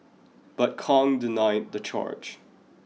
but Kong denied the charge